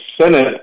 Senate